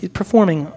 performing